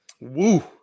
Woo